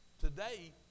Today